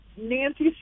Nancy